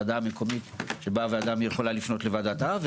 המקומית שבה היא יכולה לפנות לוועדת ערער.